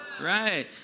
Right